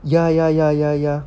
ya ya ya ya ya